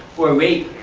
or rape,